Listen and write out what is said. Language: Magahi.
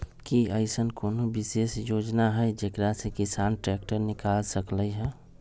कि अईसन कोनो विशेष योजना हई जेकरा से किसान ट्रैक्टर निकाल सकलई ह?